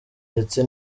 ndetse